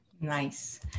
Nice